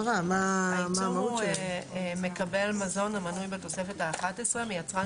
העיצום הוא: מקבל מזון המנוי בתוספת האחת-עשרה מיצרן